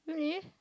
really